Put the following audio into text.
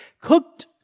cooked